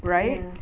ya